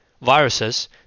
viruses